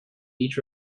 each